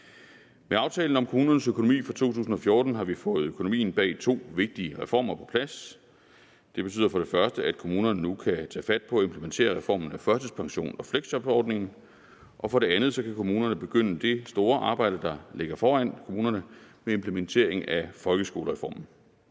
Med aftalen om kommunernes økonomi for 2014 har vi fået økonomien bag to vigtige reformer på plads. Det betyder for det første, at kommunerne nu kan tage fat på at implementere reformen af førtidspension- og fleksjobordningen, og for det andet kan kommunerne begynde det store arbejde, der ligger foran dem med implementering af folkeskolereformen.